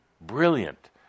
brilliant